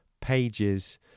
pages